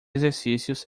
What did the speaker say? exercícios